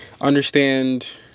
understand